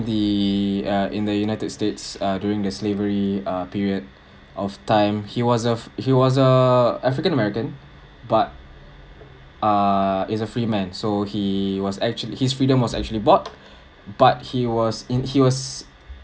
the uh in the united states uh during the slavery uh period of time he was a he was a african american but err he's a free man so he was actually his freedom was actually bought but he was in he was